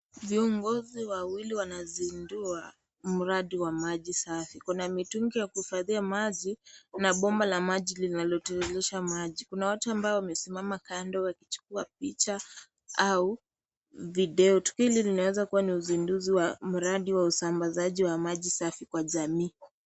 Viongozi wawili wanazindua mradi wa maji safi. Kuna mitungi ya kuhifadhia maji, kuna bomba la maji linalotiririsha maji. Kuna watu ambao wamesimama kando wakichukua picha au video. Tukio hili linaweza kuwa ni uzinduzi wa mradi wa usambazaji wa maji safi kwa jamii.